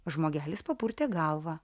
žmogelis papurtė galvą